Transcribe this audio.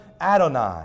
Adonai